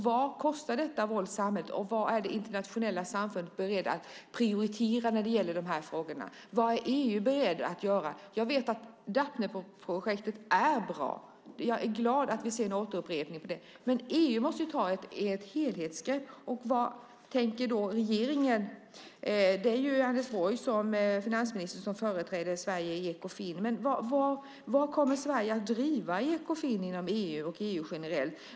Vad kostar detta våld samhället, och vad är det internationella samfundet berett att prioritera när det gäller de här frågorna? Vad är EU berett att göra? Jag vet att Daphneprojektet är bra. Jag är glad att vi ser en upprepning av det. Men EU måste ju ta ett helhetsgrepp. Vad tänker då regeringen? Det är Anders Borg som finansminister som företräder Sverige i Ekofin, men vad kommer Sverige att driva i Ekofin och inom EU generellt?